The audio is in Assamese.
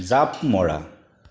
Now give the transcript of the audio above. জাঁপ মৰা